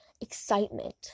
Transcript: excitement